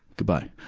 goodbye.